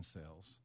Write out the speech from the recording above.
sales